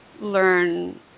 learn